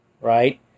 right